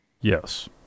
Yes